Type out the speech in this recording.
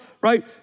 right